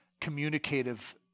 communicative